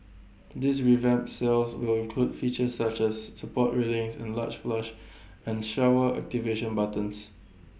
these revamped cells will include features such as support railings and large flush and shower activation buttons